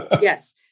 yes